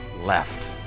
left